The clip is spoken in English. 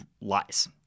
lies